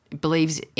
believes